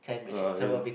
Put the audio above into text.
uh is